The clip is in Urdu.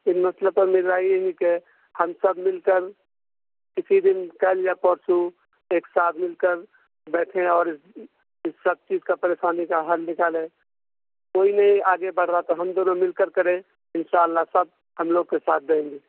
اس مسٔلے پر میری رائے یہ ہے کہ ہم سب مل کر کسی دن کل یا پرسوں ایک ساتھ مل کر بیٹھیں اور اس سب چیز کا پریسانی کا حل نکالیں کوئی نہیں آگے بڑھ رہا تو ہم دونوں مل کر کریں ان شاء اللہ سب ہم لوگ کے ساتھ دیں گے